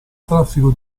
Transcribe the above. traffico